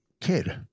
kid